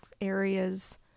areas